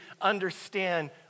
understand